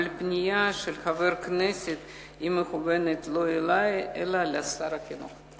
אבל פנייתו של חבר הכנסת מכוונת לא אלי אלא לשר החינוך.